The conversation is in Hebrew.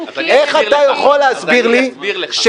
אז אני אסביר לך.